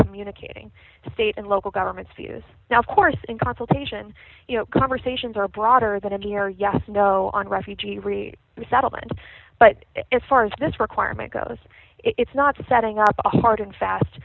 communicating to state and local governments views now of course in consultation you know conversations are broader that i'm here yes no on refugee read resettlement but as far as this requirement goes it's not setting up a hard and fast